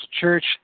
Church